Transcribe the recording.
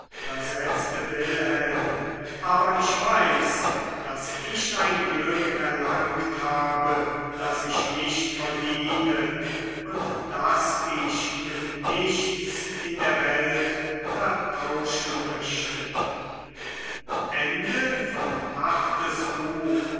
versetzte wilhelm aber ich weiß daß ich ein glück erlangt habe das ich nicht verdiene und das ich mit nichts in der welt vertauschen möchte